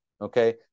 okay